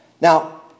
Now